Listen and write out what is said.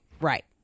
Right